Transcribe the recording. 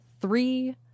three